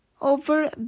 over